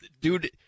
dude